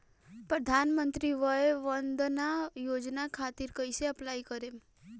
प्रधानमंत्री वय वन्द ना योजना खातिर कइसे अप्लाई करेम?